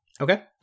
Okay